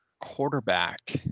quarterback